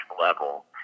level